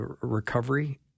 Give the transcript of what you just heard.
recovery